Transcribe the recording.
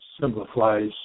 simplifies